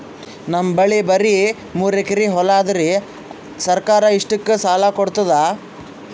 ನಮ್ ಬಲ್ಲಿ ಬರಿ ಮೂರೆಕರಿ ಹೊಲಾ ಅದರಿ, ಸರ್ಕಾರ ಇಷ್ಟಕ್ಕ ಸಾಲಾ ಕೊಡತದಾ?